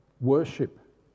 worship